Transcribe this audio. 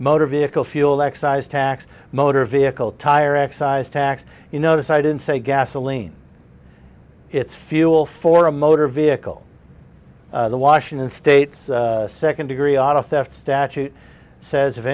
motor vehicle fuel excise tax motor vehicle tire excise tax you notice i didn't say gasoline it's fuel for a motor vehicle the washington state's second degree auto theft statute says if